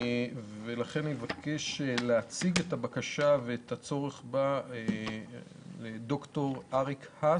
ולכן מי שמבקש להציג את הבקשה ואת הצורך שלה כאן הוא ד"ר אריק האס,